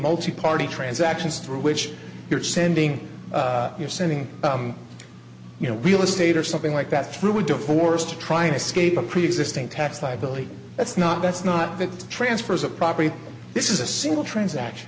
multiparty transactions through which you're sending you're sending you know real estate or something like that through a divorce to try and escape a preexisting tax liability that's not that's not the transfers of property this is a single transaction